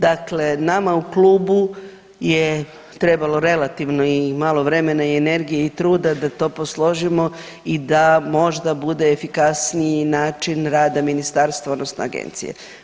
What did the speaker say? Dakle, nama u klubu je trebalo relativno i malo vremena i energije i truda da to posložimo i da možda bude efikasniji način rada ministarstva odnosno agencije.